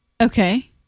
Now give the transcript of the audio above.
Okay